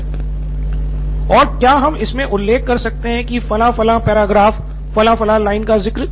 सिद्धार्थ मथुरी और क्या हम इसमे उल्लेख कर सकते हैं कि फलां फलां पैराग्राफ फलां फलां लाइन का ज़िक्र